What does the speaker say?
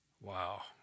Wow